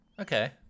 Okay